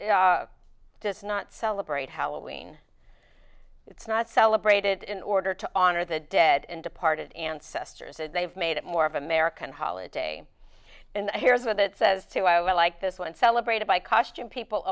does not celebrate halloween it's not celebrated in order to honor the dead and departed ancestors and they've made it more of american holiday and here's what it says too i like this one celebrated by costume people